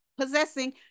possessing